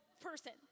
person